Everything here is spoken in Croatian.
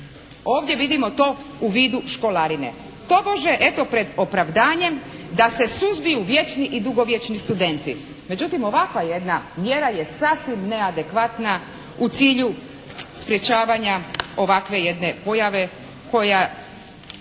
Ovdje vidimo to u vidu školarine. Tobože eto pred opravdanjem da se suzbiju vječni i dugovječni studenti. Međutim ovakva jedna mjera je sasvim neadekvatna u cilju sprečavanja ovakve jedne pojave koja